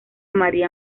maría